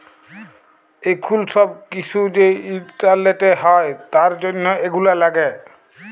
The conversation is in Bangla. এখুল সব কিসু যে ইন্টারলেটে হ্যয় তার জনহ এগুলা লাগে